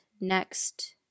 next